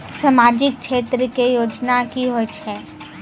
समाजिक क्षेत्र के योजना की होय छै?